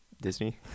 Disney